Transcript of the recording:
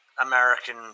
American